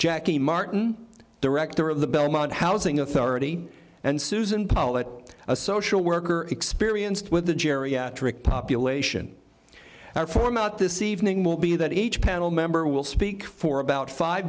jackie martin director of the belmont housing authority and susan powell that a social worker experienced with the geriatric population and form out this evening will be that each panel member will speak for about five